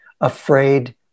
afraid